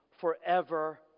forever